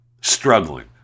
struggling